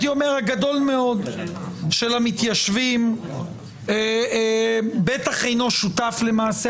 רוב המתיישבים אינם שותפים למעשי